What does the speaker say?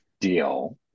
deal